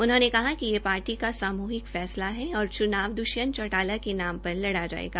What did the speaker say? उन्होंने कहा कि यह पार्टी का सामूहिक फैसला है और चुनाव दुष्यंत चौटाला के नाम पर लड़ा जायेगा